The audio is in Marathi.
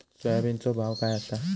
सोयाबीनचो भाव काय आसा?